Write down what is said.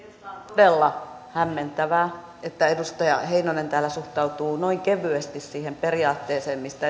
todella hämmentävää että edustaja heinonen täällä suhtautuu noin kevyesti siihen periaatteeseen mistä